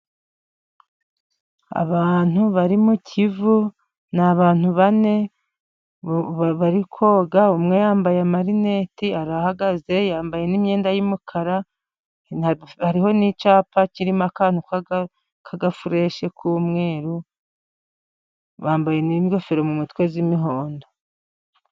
Abantu bari mu kivu ni abantu bane bari koga, umwe yambaye amarineti arahagaze, yambaye n imyenda y'umukara, hariho n'icyapa kirimo akantu, k'agafureshi k'umweru bambaye ngofero mu mutwe z'imihondo.